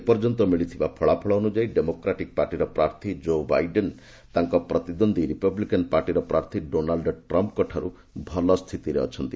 ଏପର୍ଯ୍ୟନ୍ତ ମିଳିଥିବା ଫଳାଫଳ ଅନୁଯାୟୀ ଡେମୋକ୍ରାଟିକ ପାର୍ଟିର ପ୍ରାର୍ଥୀ ଜୋ ବାଇଡେନ୍ ତାଙ୍କ ପ୍ରତିଦ୍ୱନ୍ଦୀ ରିପବ୍ଲିକାନ ପାର୍ଟିର ପ୍ରାର୍ଥୀ ଡୋନାଲ୍ ଡ୍ରମ୍ପଙ୍କଠାରୁ ଭଲ ସ୍ଥିତିରେ ଅଛନ୍ତି